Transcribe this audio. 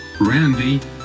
Randy